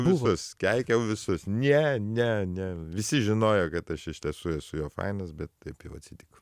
visus keikiau visus ne ne ne visi žinojo kad aš iš tiesų esu jo fainas bet taip jau atsitiko